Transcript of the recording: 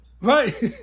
Right